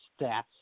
stats